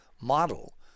model